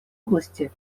области